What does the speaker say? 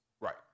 right